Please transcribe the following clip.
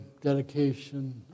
dedication